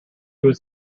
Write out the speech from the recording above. was